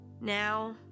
now